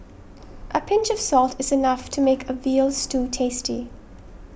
a pinch of salt is enough to make a Veal Stew tasty